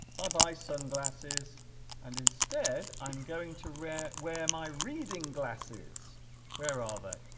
buy buy sunglasses and instead i'm going to rare where my reading glasses where are ah they